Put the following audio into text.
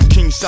King